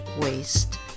waste